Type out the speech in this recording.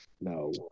No